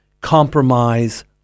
compromise